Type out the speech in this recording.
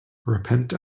repent